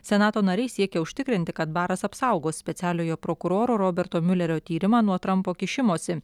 senato nariai siekia užtikrinti kad baras apsaugos specialiojo prokuroro roberto miulerio tyrimą nuo trampo kišimosi